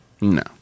No